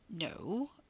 No